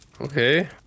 Okay